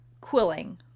quilling